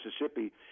Mississippi